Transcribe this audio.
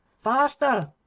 faster,